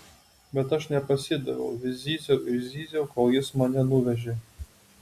bet aš nepasidaviau vis zyziau ir zyziau kol jis mane nuvežė